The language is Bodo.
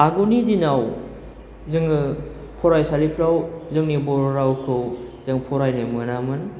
आगोलनि दिनाव जोङो फरायसालिफ्राव जोंनि बर' रावखौ फरायनो मोनामोन